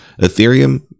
ethereum